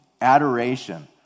Adoration